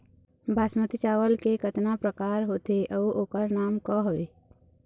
बासमती चावल के कतना प्रकार होथे अउ ओकर नाम क हवे?